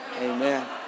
Amen